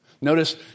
Notice